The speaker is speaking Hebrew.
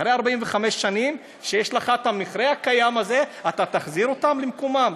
אחרי 45 שנים שיש לך את המכרה הקיים הזה אתה תחזיר אותם למקומם?